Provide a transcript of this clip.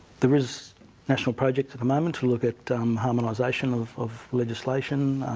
there is national projects at the moment to look at um harmonisation of of legislation.